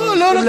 לא, לא רק זה.